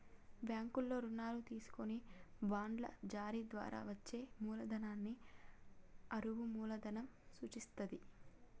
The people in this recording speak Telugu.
బ్యాంకుల్లో రుణాలు తీసుకొని బాండ్ల జారీ ద్వారా వచ్చే మూలధనాన్ని అరువు మూలధనం సూచిత్తది